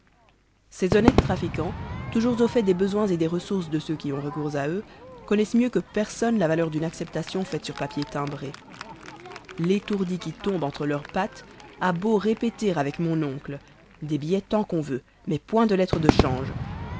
ces honnêtes trafiquans toujours au fait des besoins et des ressources de ceux qui ont recours à eux connaissent mieux que personne la valeur d'une acceptation faite sur papier timbré l'étourdi qui tombe entre leurs pattes a beau répéter avec mon oncle des billets tant qu'on veut mais point de lettres de change